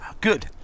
good